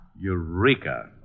Eureka